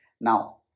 Now